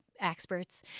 Experts